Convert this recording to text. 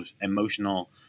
emotional